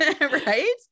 right